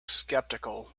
skeptical